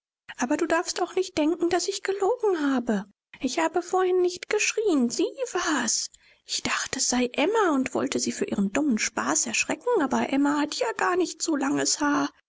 aber du darfst auch nicht denken daß ich gelogen habe ich habe vorhin nicht geschrieen sie war's ich dachte es sei emma und wollte sie für ihren dummen spaß erschrecken aber emma hat ja gar nicht so langes haar